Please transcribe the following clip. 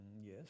Yes